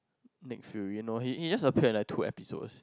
Nick fury no he he just appear in like two episodes